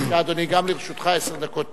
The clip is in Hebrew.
בבקשה, אדוני, גם לרשותך עשר דקות תמימות.